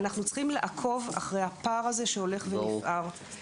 אנחנו צריכים לעקוב אחרי הפער הזה שהולך ונפער.